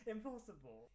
Impossible